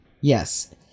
Yes